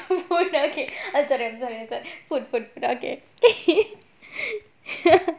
oh you mean food food food food okay I'm sorry I'm sorry food food okay